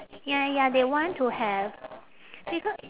ya ya they want to have because